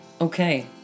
Okay